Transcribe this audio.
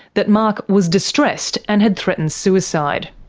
that mark was distressed and had threatened suicide.